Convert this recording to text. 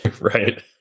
Right